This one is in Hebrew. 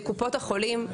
לקופות החולים,